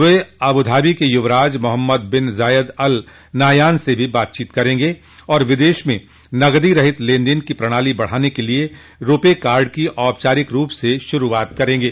वे Abu Dhabi के युवराज Mohammed bin Zayed al Nahyan से भी बातचीत करेंगे और विदेश में नकदी रहित लेन देन की प्रणाली बढ़ाने के लिए रुपे कार्ड की औपचारिक रूप से शुरूआत करेंगे